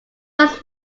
does